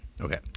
Okay